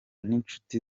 n’inshuti